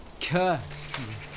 curse